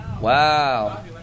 Wow